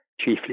chiefly